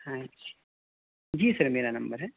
ہاں جی سر میرا نمبر ہے